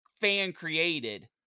fan-created